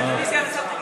אדוני סגן השר,